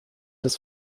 des